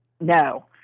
No